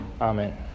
Amen